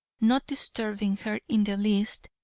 not disturbing her in the least,